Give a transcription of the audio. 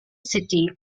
city